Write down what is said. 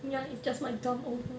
ya it's just my gum over